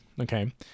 Okay